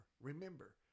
Remember